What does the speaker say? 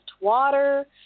water